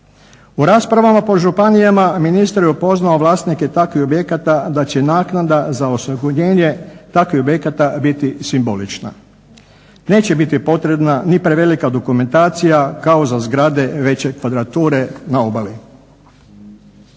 U raspravama po županijama ministar je upozorio vlasnike takvih objekata da će naknada za … /Govornik se ne razumije./… takvih objekata biti simbolična. Neće biti potrebna ni prevelika dokumentacija kao za zgrade veće kvadrature na obali.